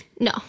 No